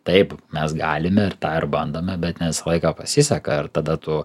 taip mes galime ir tą ir bandome bet ne visą laiką pasiseka ir tada tu